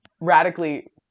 radically